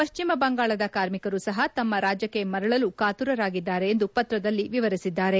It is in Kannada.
ಪಶ್ಚಿಮ ಬಂಗಾಳದ ಕಾರ್ಮಿಕರು ಸಹ ತಮ್ನ ರಾಜ್ಯಕ್ಷೆ ಮರಳಲು ಕಾತುರರಾಗಿದ್ದಾರೆ ಎಂದು ಪತ್ರದಲ್ಲಿ ವಿವರಿಸಿದ್ದಾರೆ